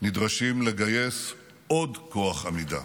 נדרשים לגייס עוד כוח עמידה.